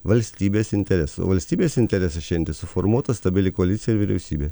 valstybės interesų o valstybės interesas šiandie suformuota stabili koalicija ir vyriausybė